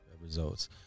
results